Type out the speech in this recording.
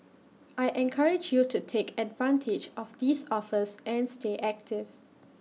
I encourage you to take advantage of these offers and stay active